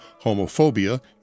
homophobia